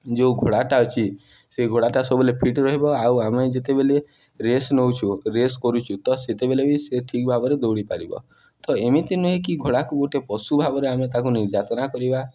ଯେଉଁ ଘୋଡ଼ାଟା ଅଛି ସେହି ଘୋଡ଼ାଟା ସବୁବେଳେ ଫିଟ୍ ରହିବ ଆଉ ଆମେ ଯେତେବେଳେ ରେସ୍ ନେଉଛୁ ରେସ୍ କରୁଛୁ ତ ସେତେବେଳେ ବି ସେ ଠିକ୍ ଭାବରେ ଦୌଡ଼ି ପାରିବ ତ ଏମିତି ନୁହେଁ କି ଘୋଡ଼ାକୁ ଗୋଟେ ପଶୁ ଭାବରେ ଆମେ ତାକୁ ନିର୍ଯାତନା କରିବା